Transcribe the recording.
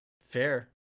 Fair